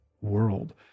world